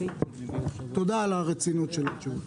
תודה על הרצינות של התשובה.